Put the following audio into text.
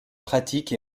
pratique